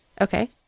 Okay